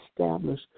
establish